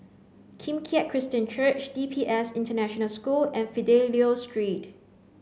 Kim Keat Christian Church D P S International School and Fidelio Street